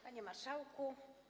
Panie Marszałku!